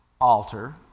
altar